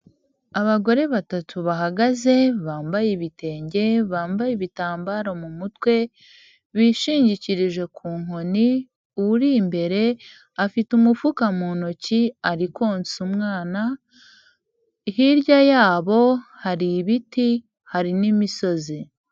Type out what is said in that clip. Abagore batatu bahagaze bambaye ibitenge, bambaye ibitambaro mu mutwe, bishingikirije ku nkoni, uri imbere afite umufuka mu ntoki arikonsa umwana, hirya yabo hari ibiti, hari n'imisozi.